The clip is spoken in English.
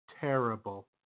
terrible